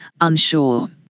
unsure